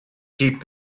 keep